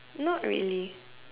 not really